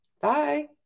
Bye